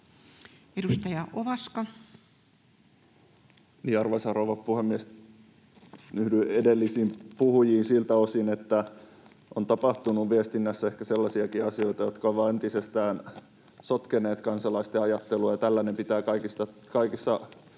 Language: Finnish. Content: Arvoisa rouva puhemies! Yhdyn edellisiin puhujiin siltä osin, että on tapahtunut viestinnässä ehkä sellaisiakin asioita, jotka ovat entisestään sotkeneet kansalaisten ajattelua, ja tällainen pitää kaikissa kohdin